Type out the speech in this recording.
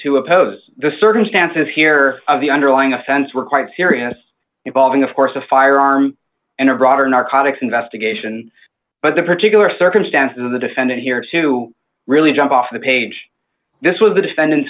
to oppose the circumstances here of the underlying offense were quite serious involving of course a firearm and a broader narcotics investigation but the particular circumstances of the defendant here to really jump off the page this was the defendant